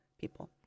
people